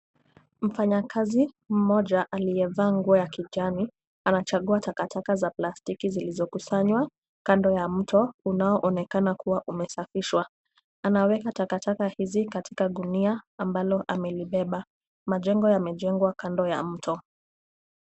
Mfanyakazi mmoja, aliyevaa nguo ya kijani anachagua takataka za plastiki zilizokusanywa, kando ya mto, unaoonekana kuwa umesafishwa. Anaweka takataka hizi katika gunia, ambalo amelibeba. Majengo yamejengwa kando ya mto.